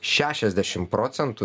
šešiasdešim procentų